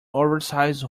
oversize